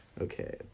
Okay